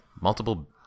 multiple